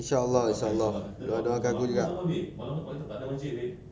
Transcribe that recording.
inshallah inshallah doakan aku juga